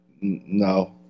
no